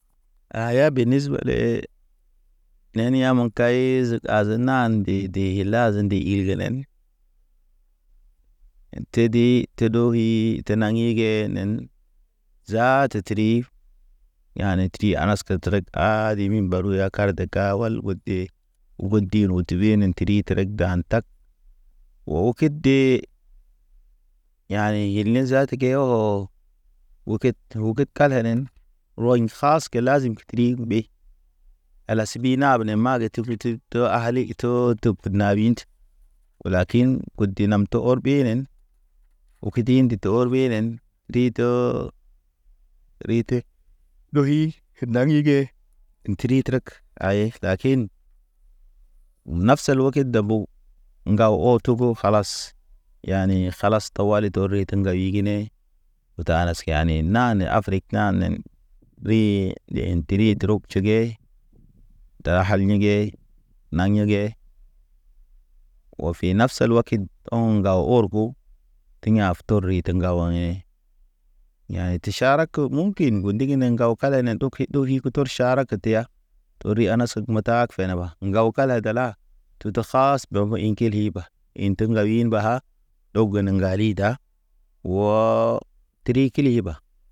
A yabe nisbe le, neni ya me kays aze nan dede. De ilazen de ilgenen, tedi tedo wuy te naŋgigenen zaata triyu. Yane tri anas trek aa demin baru ya karak deka wal wa de, wudin wed nente, tri trek dan tak. O kid de, yane il ne zaata ke oo uked ruked kalenen, rɔɲ haske lazim prink mbe. A la si naabe ne mag to ali to tub nabint. Lakin kud di nam to ɔr nen. Okid indi to ɔr benen, rito. Rite ɗohi ke nanige ḭ tri trek aye ta, lakin nafsal weked dabo. Ŋgaw ɔ togo kalas, yani kalas tawali torid ŋga wigi ne. U talask yani nane Afrik nanen ɗuy nde ḭ tri trok cege. Da hal nege, naŋ yege, ofi nafsal wakid ɔŋ ŋgal orko. Tiyan af tor rid ŋgawayḛ, Yane te ʃarako munkin ŋgundig ne ŋgaw kalenen ɗoki-ɗoki. Putɔr ʃarak teya, tori a nas metak fen, fene ɓa ŋgaw dela tudu kasɓa ḭ keli ba. Ḭ teg ŋgawin bagha, ɗog gene ŋgali da waa tri kili ba.